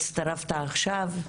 הצטרפת עכשיו.